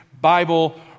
Bible